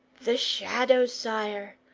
the shadows, sire.